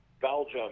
Belgium